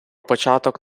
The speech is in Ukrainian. початок